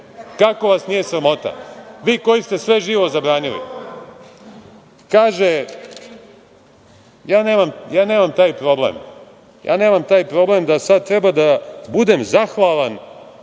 Kako vas nije sramota vi koji ste sve živo zabranili? Kaže, ja nemam taj problem da sad treba da budem zahvalan